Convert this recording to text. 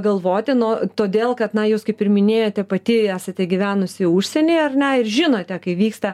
galvoti nuo todėl kad na jūs kaip ir minėjote pati esate gyvenusi užsieny ar ne ir žinote kai vyksta